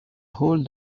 hold